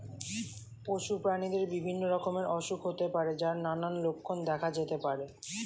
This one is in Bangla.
পশু প্রাণীদের বিভিন্ন রকমের অসুখ হতে পারে যার নানান লক্ষণ দেখা যেতে পারে